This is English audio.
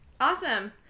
Awesome